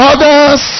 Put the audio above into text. Others